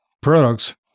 Products